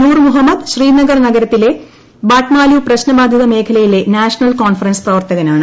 നൂർ മുഹമ്മദ് ശ്രീനഗർ നഗരത്തിലെ ബാട്ട്മാലൂ പ്രശ്നബാധിത മേഖലയിലെ നാഷണൽ കോൺഫറൻസ് പ്രവർത്തകനുമാണ്